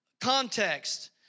context